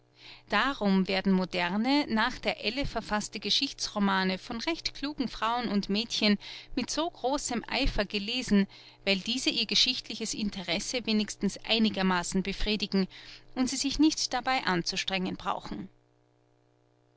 darum werden moderne nach der elle verfaßte geschichtsromane von recht klugen frauen und mädchen mit so großem eifer gelesen weil diese ihr geschichtliches interesse wenigstens einigermaßen befriedigen und sie sich nicht dabei anzustrengen brauchen